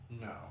No